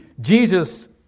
Jesus